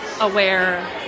aware